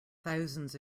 thousands